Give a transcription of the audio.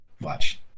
Watch